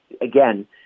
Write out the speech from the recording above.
again